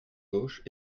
gauche